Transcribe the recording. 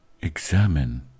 examine